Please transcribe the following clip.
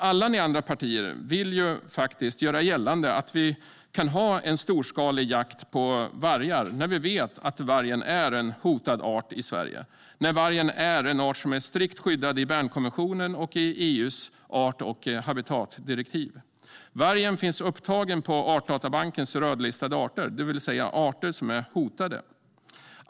Alla ni andra partier vill ju faktiskt göra gällande att vi kan ha en storskalig jakt på vargar - när vi vet att vargen är en hotad art i Sverige. Vargen är en art som är strikt skyddad i Bernkonventionen och i EU:s art och habitatdirektiv. Vargen finns upptagen bland Artdatabankens rödlistade arter, det vill säga arter som är hotade.